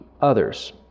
others